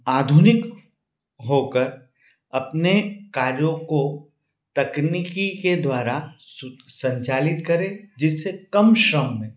आधुनिक होकर अपने कार्यों को तकनीकी के द्वारा सु संचालित करे जिससे कम श्रम में